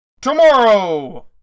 Tomorrow